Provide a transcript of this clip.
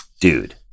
Dude